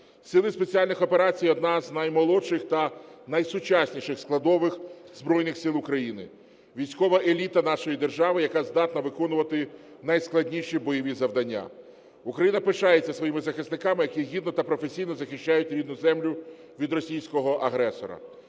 Сили спеціальних операцій – одна з наймолодших та найсучасніших складових Збройних Сил України, військова еліта нашої держави, яка здатна виконувати найскладніші бойові завдання. Україна пишається своїми захисниками, які гідно та професійно захищають рідну землю від російського агресора.